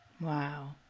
Wow